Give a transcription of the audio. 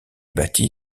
bâti